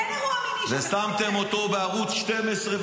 ושמתם אותו בערוץ 12,